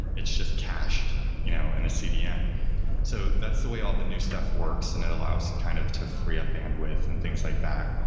it's just cached you know in a cdn so that's the way all the new stuff works and that allows kind of to free up bandwidth and things like that,